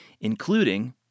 including